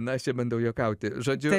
na aš čia bandau juokauti žodžiu